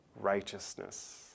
righteousness